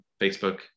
Facebook